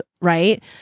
right